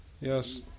Yes